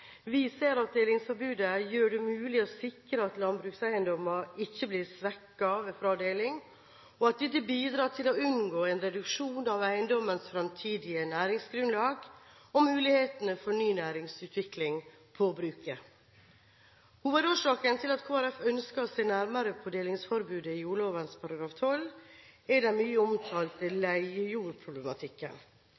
Vi ser at delingsforbudet gjør det mulig å sikre at landbrukseiendommer ikke blir svekket ved fradeling, og at dette bidrar til å unngå en reduksjon av eiendommens framtidige næringsgrunnlag og muligheten for ny næringsutvikling på bruket. Hovedårsaken til at Kristelig Folkeparti ønsker å se nærmere på delingsforbudet i jordloven § 12, er den mye